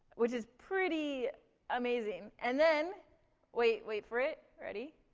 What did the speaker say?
which is pretty amazing. and then wait, wait for it. ready?